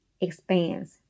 expands